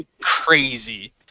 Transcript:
crazy